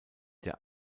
der